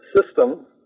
system